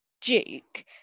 Duke